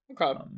Okay